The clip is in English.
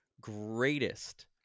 greatest